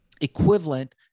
equivalent